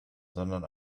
sondern